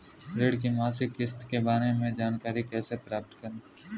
ऋण की मासिक किस्त के बारे में जानकारी कैसे प्राप्त करें?